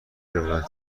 دارد